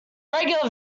regular